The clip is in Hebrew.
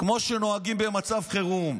כמו שנוהגים במצב חירום.